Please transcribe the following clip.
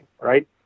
right